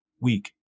weak